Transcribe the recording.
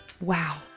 Wow